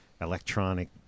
electronic